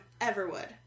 Everwood